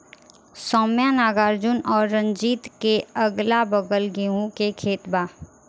सौम्या नागार्जुन और रंजीत के अगलाबगल गेंहू के खेत बा